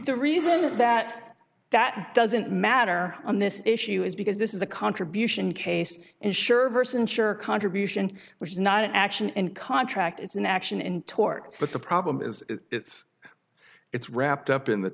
the reason that that doesn't matter on this issue is because this is a contribution case ensure vers ensure contribution which is not an action and contract is an action in tort but the problem is it's it's wrapped up in the